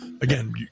again